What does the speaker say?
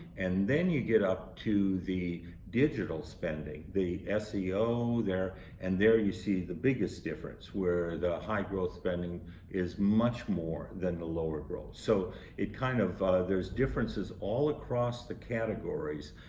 and then you get up to the digital spending, the seo. there and there you see the biggest difference where the high-growth spending is much more than the lower growth. so it kind of there's differences all across the categories.